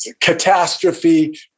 catastrophe